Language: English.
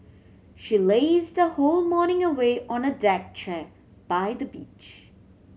she lazed her whole morning away on a deck chair by the beach